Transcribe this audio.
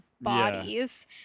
bodies